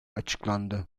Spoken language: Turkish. açıklandı